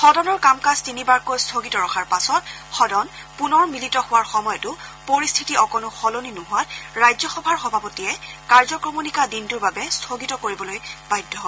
সদনৰ কাম কাজ তিনিবাৰকৈ স্থগিত ৰখাৰ পাছত সদন পুনৰ মিলিত হোৱাৰ সময়তো পৰিস্থিতি অকনো সলনি নোহোৱাত ৰাজ্যসভাৰ সভাপতিয়ে কাৰ্যক্ৰমণিকা দিনটোৰ বাবে স্থগিত কৰিবলৈ বাধ্য হয়